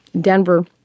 Denver